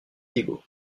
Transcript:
diego